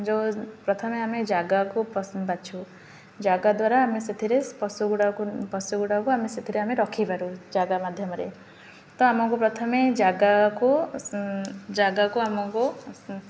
ଯୋଉ ପ୍ରଥମେ ଆମେ ଜାଗାକୁ ବାଛୁ ଜାଗା ଦ୍ୱାରା ଆମେ ସେଥିରେ ପଶୁଗୁଡ଼ାକୁ ପଶୁଗୁଡ଼ାକୁ ଆମେ ସେଥିରେ ଆମେ ରଖିପାରୁ ଜାଗା ମାଧ୍ୟମରେ ତ ଆମକୁ ପ୍ରଥମେ ଜାଗାକୁ ଜାଗାକୁ ଆମକୁ